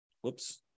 whoops